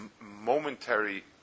momentary